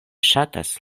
ŝatas